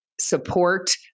support